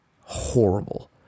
Horrible